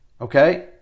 Okay